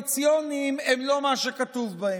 הקואליציוניים הם לא מה שכתוב בהם,